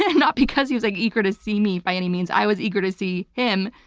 yeah not because he was like eager to see me by any means. i was eager to see him,